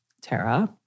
Tara